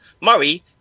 Murray